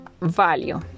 value